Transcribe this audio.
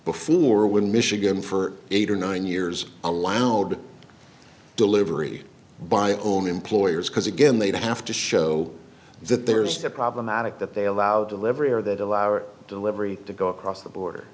before when michigan for eight or nine years allowed delivery by only employers because again they'd have to show that there's a problematic that they allow delivery or that allow our delivery to go across the border